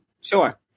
Sure